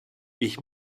ich